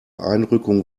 einrückung